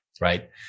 right